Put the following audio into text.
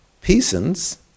peasants